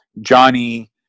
Johnny